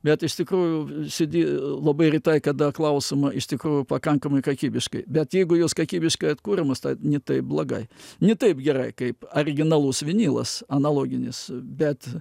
bet iš tikrųjų cd labai retai kada klausoma iš tikrųjų pakankamai kokybiškai bet jeigu juos kakybiškai atkuriamos tai ne taip blogai ni taip gerai kaip ariginalus vinilas analoginis bet